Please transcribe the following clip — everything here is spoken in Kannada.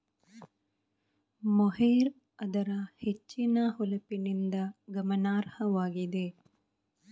ಮೊಹೇರ್ ಅದರ ಹೆಚ್ಚಿನ ಹೊಳಪಿನಿಂದ ಗಮನಾರ್ಹವಾಗಿದೆ